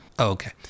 Okay